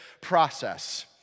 process